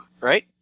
right